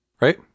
right